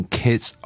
kids